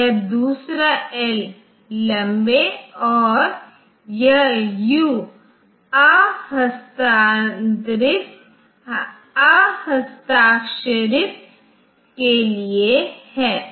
इसलिए कि जब भी आपको किसी OS सेवाओं की आवश्यकता होती है सामान्य रूप से ऑपरेटिंग सिस्टम डिजाइनर आपको ऑपरेटिंग सिस्टम से ऐसी सेवाओं जो उपलब्ध है की एक सूची प्रदान करेंगे और उन्हें INT रूप में निर्दिष्ट किया जाएगा यह एड्रेस वहां निर्दिष्ट है और आप इसे अपने प्रोग्राम में उपयोग कर सकते हैं